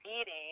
eating